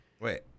Wait